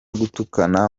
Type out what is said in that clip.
gutukana